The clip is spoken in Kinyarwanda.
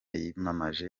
yiyamamaje